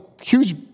huge